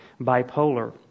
bipolar